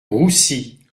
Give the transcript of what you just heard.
roussy